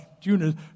June